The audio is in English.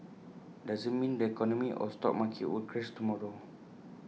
doesn't mean the economy or stock market will crash tomorrow